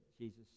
Jesus